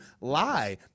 lie